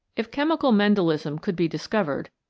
if chemical mendelism could be discovered,